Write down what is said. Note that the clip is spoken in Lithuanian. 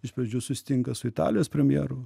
iš pradžių susitinka su italijos premjeru